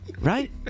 Right